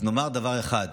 אז נאמר דבר אחד: